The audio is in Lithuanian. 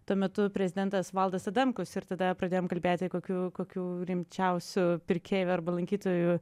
tuo metu prezidentas valdas adamkus ir tada pradėjom kalbėti kokių kokių rimčiausių pirkėjų arba lankytojų